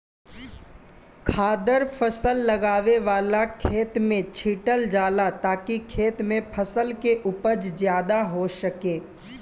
खादर फसल लगावे वाला खेत में छीटल जाला ताकि खेत में फसल के उपज ज्यादा हो सके